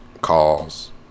calls